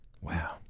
Wow